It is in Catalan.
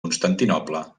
constantinoble